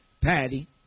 Patty